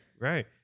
Right